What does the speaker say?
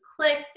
clicked